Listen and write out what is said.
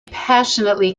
passionately